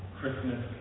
Christmas